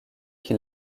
qui